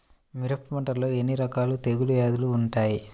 మిరప పంటలో ఎన్ని రకాల తెగులు వ్యాధులు వుంటాయి?